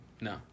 No